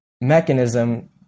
mechanism